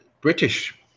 British